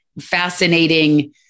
fascinating